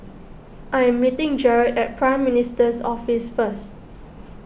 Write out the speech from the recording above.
I am meeting Jarred at Prime Minister's Office first